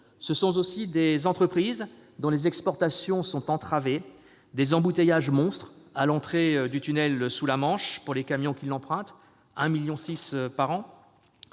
Ce sont aussi des entreprises dont les exportations sont entravées, des embouteillages monstres à l'entrée du tunnel sous la Manche, notamment pour le 1,6 million de